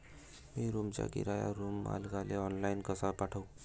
मी रूमचा किराया रूम मालकाले ऑनलाईन कसा पाठवू?